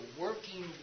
working